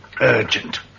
urgent